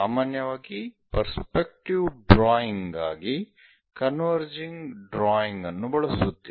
ಸಾಮಾನ್ಯವಾಗಿ perspective drawing ಗಾಗಿ converging drawing ಅನ್ನು ಬಳಸುತ್ತೇವೆ